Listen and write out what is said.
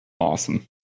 awesome